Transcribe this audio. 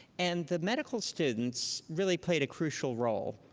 and the medical students really played a crucial role,